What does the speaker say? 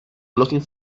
looking